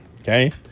okay